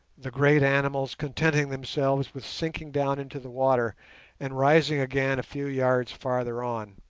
the great animals contenting themselves with sinking down into the water and rising again a few yards farther on